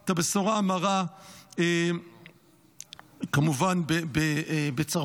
את הבשורה המרה כמובן בצרפת.